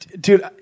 dude